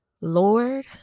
Lord